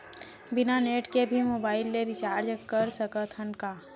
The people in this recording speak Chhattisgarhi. बिना नेट के भी मोबाइल ले रिचार्ज कर सकत हन का?